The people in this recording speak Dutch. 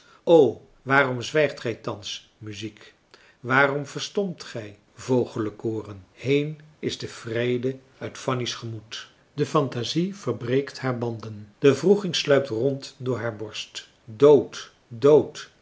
waarom zwijgt gij thans muziek waarom verstomt gij vogelenkoren heen is de vrede uit fanny's gemoed de fantasie verbreekt haar banden de wroeging sluipt rond door haar borst dood dood